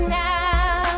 now